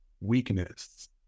weakness